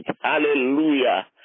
Hallelujah